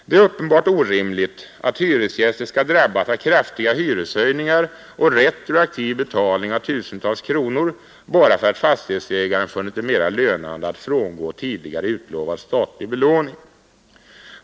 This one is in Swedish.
Det är uppenbart orimligt att hyresgäster skall drabbas av kraftiga hyreshöjningar och retroaktiv betalning av tusentals kronor bara för att fastighetsägaren funnit det mera lönande att frångå utlovad statlig belåning.